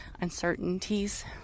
uncertainties